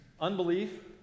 unbelief